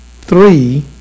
three